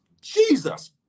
Jesus